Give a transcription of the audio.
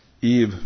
Eve